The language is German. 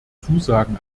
zusagen